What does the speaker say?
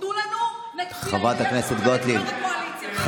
תנו לנו --- יו"ר הקואליציה, בבקשה.